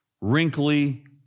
wrinkly